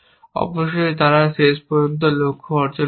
অবশ্যই তারা শেষ পর্যন্ত লক্ষ্য অর্জন করবে